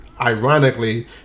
ironically